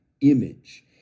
image